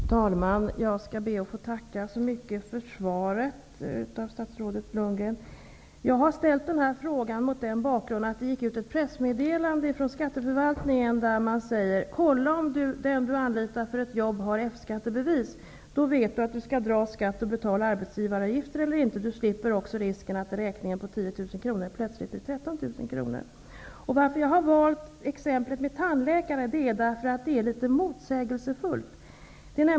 Fru talman! Jag tackar statsrådet Lundgren för svaret. Jag har ställt frågan mot bakgrund av ett pressmeddelande från skatteförvaltningen, vari sägs: ''Kolla om den du anlitar för ett jobb har F skattebevis.'' Då vet du om du skall dra skatt och betala arbetsgivaravgifter eller inte. Du slipper också risken att räkningen på 10 000 kr plötsligt blir Att jag har valt exemplet med tandläkaren beror på att det är litet motsägelsefullt.